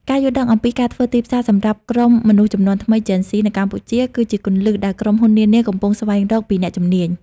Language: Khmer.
ការយល់ដឹងអំពីការធ្វើទីផ្សារសម្រាប់ក្រុមមនុស្សជំនាន់ថ្មី Gen Z នៅកម្ពុជា គឺជាគន្លឹះដែលក្រុមហ៊ុននានាកំពុងស្វែងរកពីអ្នកជំនាញ។